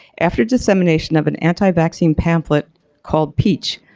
after dissemination of an anti-vaccine pamphlet called peach,